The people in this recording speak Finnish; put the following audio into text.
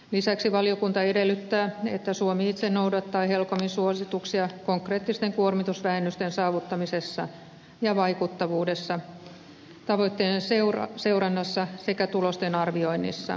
lisäksi valiokunta edellyttää että suomi itse noudattaa helcomin suosituksia konkreettisten kuormitusvähennysten saavuttamisessa ja vaikuttavuudessa tavoitteiden seurannassa sekä tulosten arvioinnissa